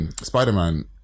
Spider-Man